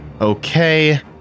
Okay